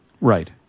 Right